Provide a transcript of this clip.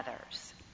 others